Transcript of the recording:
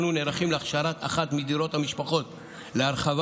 אנו נערכים להכשרת אחת מדירות המשפחות להרחבה